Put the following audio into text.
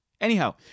Anyhow